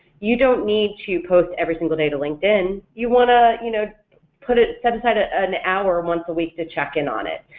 you don't need to post every single day to linkedin, you want to you know put it set aside ah an hour once a week to check in on it.